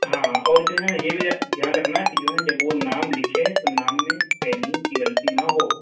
ہاں اور جو ہے نا یہ بھی دھیان رکھنا کہ جو ہے جب وہ نام لکھے تو نام میں اسپیلنگ کی غلطی نہ ہو